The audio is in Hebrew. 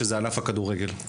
שהוא ענף הכדורגל,